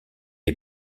est